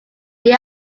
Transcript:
they